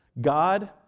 God